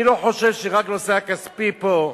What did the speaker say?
אני לא חושב שרק הנושא הכספי פה,